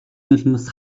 нулимс